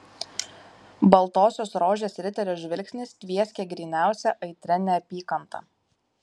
baltosios rožės riterio žvilgsnis tvieskė gryniausia aitria neapykanta